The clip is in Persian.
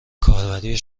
کاربری